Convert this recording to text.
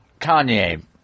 Kanye